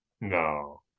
No